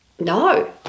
no